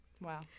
Wow